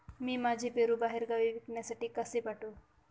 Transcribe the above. मी माझे पेरू बाहेरगावी विकण्यासाठी कसे पाठवू?